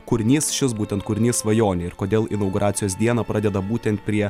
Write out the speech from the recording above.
kūrinys šis būtent kūrinys svajonė ir kodėl inauguracijos dieną pradeda būtent prie